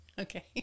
Okay